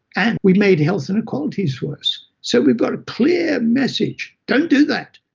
and we made health inequalities worse. so we've got a clear message don't do that,